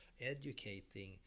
educating